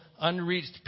unreached